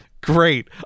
Great